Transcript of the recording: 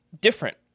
different